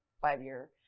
five-year